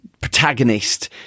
protagonist